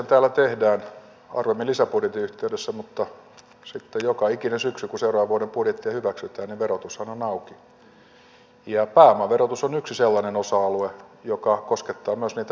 veropäätöksiähän täällä tehdään harvemmin lisäbudjetin yhteydessä mutta sitten joka ikinen syksy kun seuraavan vuoden budjettia hyväksytään niin verotushan on auki ja pääomaverotus on yksi sellainen osa alue joka koskettaa myös meitä hyväosaisia